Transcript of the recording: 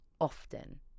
often